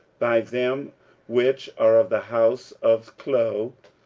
by them which are of the house of chloe,